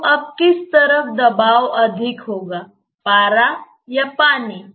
तो अब किस तरफ दबाव अधिक होगा पारा या पानी